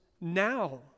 now